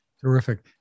terrific